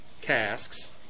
casks